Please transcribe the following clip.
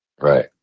Right